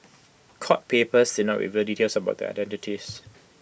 court papers not reveal details about their identities